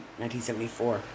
1974